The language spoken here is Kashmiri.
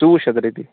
ژوٚوُہ شَتھ رۄپیہِ